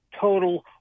total